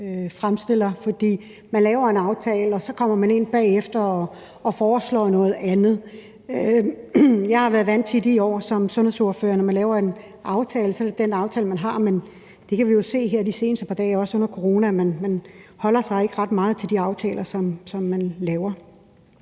fremsætter, for man laver en aftale, og så kommer man bagefter og foreslår noget andet. Jeg har været vant til i mine år som sundhedsordfører, at når man laver en aftale, er det den aftale, man har. Men vi kan jo se her de seneste par dage, også under corona, at man ikke holder sig ret meget til de aftaler, som man laver.